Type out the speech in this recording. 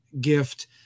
gift